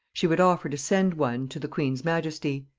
she would offer to send one to the queen's majesty.